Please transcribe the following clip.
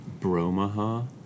Bromaha